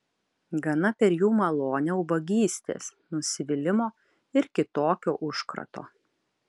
gana per jų malonę ubagystės nusivylimo ir kitokio užkrato